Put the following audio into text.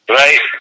right